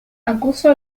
acusó